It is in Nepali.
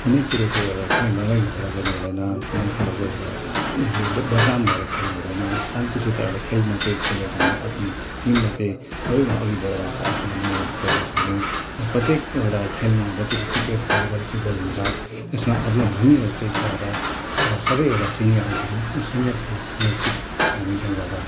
कुनै कुरोको एउडा कुनै लडाइँ झगडा गर्नु हुँदैन कुनै कुरोको एउटा बदनाम भएर खेल्नु हुँदैन शान्तिसित एउटा खेलमा चाहिँ खेले चाहिँ हामीले आफ्नो टिमलाई चाहिँ सबभन्दा अघि बढाएर चाहिँ आफ्नो मनोरथ गर्न सक्छौँ प्रत्येक एउटा खेलमा जति पनि cricket volleyball football हुन्छ यसमा आज हामीहरू चाहिँ गएर सब एउटा सिनियर सिनियर सिटिजन भएर हामी त्यहाँ गएर